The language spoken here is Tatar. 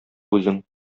үзең